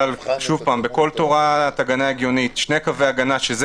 אבל בכל תורת הגנה הגיונית שני קווי הגנה שזה